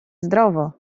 zdrowo